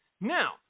Now